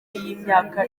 y’imyaka